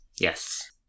Yes